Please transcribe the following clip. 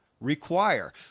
Require